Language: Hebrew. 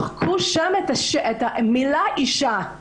שם מחקו את המילה "אישה".